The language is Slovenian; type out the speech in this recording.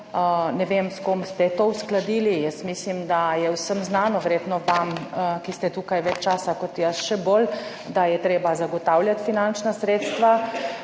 Ne vem, s kom ste to uskladili, jaz mislim, da je vsem znano, verjetno vam, ki ste tukaj več časa kot jaz, še bolj, da je treba zagotavljati finančna sredstva.